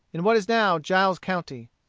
in what is now giles county,